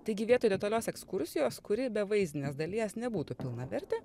taigi vietoj detalios ekskursijos kuri be vaizdinės dalies nebūtų pilnavertė